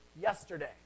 yesterday